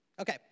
okay